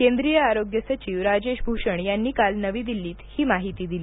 केंद्रीय आरोग्य सचिव राजेश भूषण यांनी काल नवी दिल्लीत ही माहिती दिली